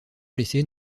blessé